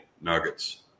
nuggets